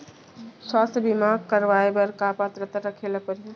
स्वास्थ्य बीमा करवाय बर का पात्रता रखे ल परही?